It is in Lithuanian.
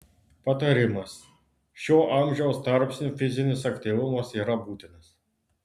patarimas šiuo amžiaus tarpsniu fizinis aktyvumas yra būtinas